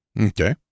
Okay